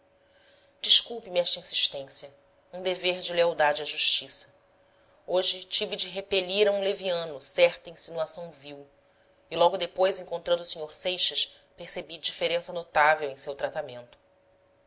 visita desculpe-me esta insistência um dever de lealdade à justiça hoje tive de repelir a um leviano certa insinuação vil e logo depois encontrando o sr seixas percebi diferença notável em seu tratamento